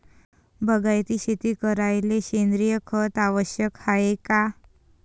बागायती शेती करायले सेंद्रिय खत आवश्यक हाये का?